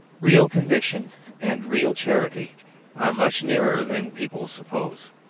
real conviction and real charity are much nearer than people suppose.